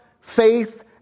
faith